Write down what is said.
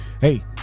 Hey